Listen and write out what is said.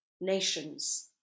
nations